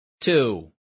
Two